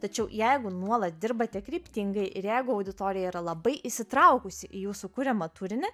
tačiau jeigu nuolat dirbate kryptingai ir jeigu auditorija yra labai įsitraukusi į jūsų kuriamą turinį